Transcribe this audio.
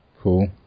cool